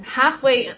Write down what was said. halfway